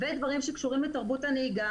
ודברים שקשורים לתרבות הנהיגה.